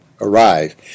arrive